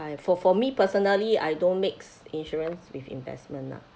I for for me personally I don't mix insurance with investment lah